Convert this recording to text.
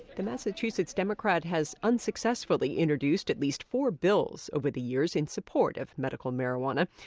the massachusetts democrat has unsuccessfully introduced at least four bills over the years in support of medical marijuana.